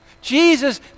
Jesus